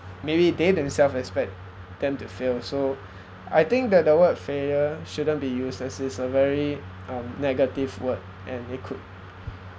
maybe they themselves expect them to fail so I think that the word failure shouldn't be used as it's a very um negative word and it could